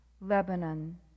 Lebanon